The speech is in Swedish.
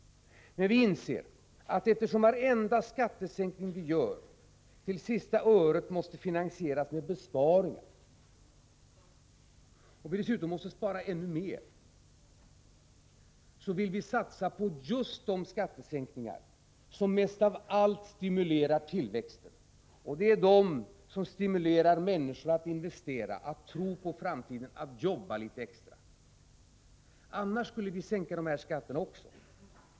Men vi inser att eftersom varenda skattesänkning vi företar till sista öret måste finansieras med besparingar och vi dessutom måste spara ännu mer, vill vi satsa just på de skattesänkningar som mest av allt stimulerar tillväxten. Det är de skattesänkningar som stimulerar människorna att investera, att tro på framtiden och att jobba litet extra. Annars skulle vi sänka dessa skatter också.